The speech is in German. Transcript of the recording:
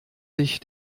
sich